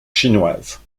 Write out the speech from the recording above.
chinoise